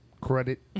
Credit